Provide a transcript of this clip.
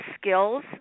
skills